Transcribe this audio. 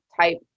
type